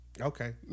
Okay